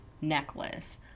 necklace